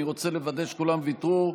אני רוצה לוודא שכולם ויתרו.